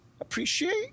appreciate